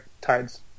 tides